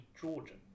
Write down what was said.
Georgian